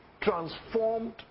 transformed